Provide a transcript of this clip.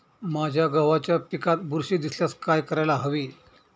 माझ्या गव्हाच्या पिकात बुरशी दिसल्यास काय करायला हवे?